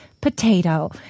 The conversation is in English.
potato